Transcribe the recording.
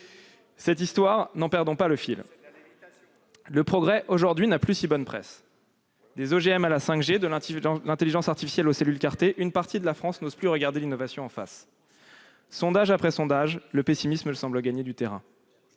cette histoire. Le progrès, aujourd'hui, n'a plus si bonne presse. Des OGM à la 5G, de l'intelligence artificielle aux cellules CAR-T, une partie de la France n'ose plus regarder l'innovation en face. Sondage après sondage, le pessimisme semble gagner du terrain.